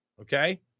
okay